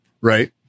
Right